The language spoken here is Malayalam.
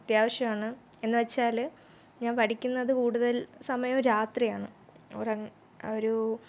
അത്യാവശ്യമാണ് എന്ന് വെച്ചാൽ ഞാൻ പഠിക്കുന്നത് കൂടുതൽ സമയവും രാത്രിയാണ് ഉറങ്ങുന്ന ആ ഒരു